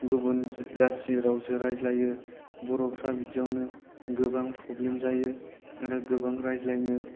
गुबुन जाथि रावसो रायज्लायो बर'फोरा बिदियावनो गोबां प्रबेम्ल जायो आरो गोबां रायज्लायनो